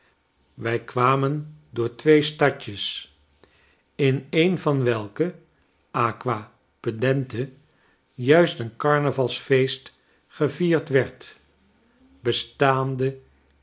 wij kwamen door twee stadjes in een van welke acquapendente juist een carnavalsfeest gevierd werd bestaande